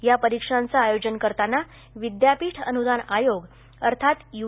या परीक्षांच आयोजन करताना विद्यापीठ अनुदान आयोग अर्थात यू